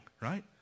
right